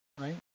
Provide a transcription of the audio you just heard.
right